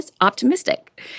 optimistic